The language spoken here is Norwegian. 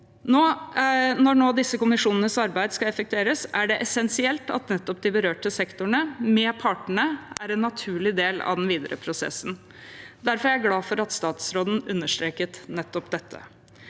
Når disse kommisjonenes arbeid nå skal effektueres, er det essensielt at nettopp de berørte sektorene, med partene, er en naturlig del av den videre prosessen. Derfor er jeg glad for at statsråden understreket nettopp dette.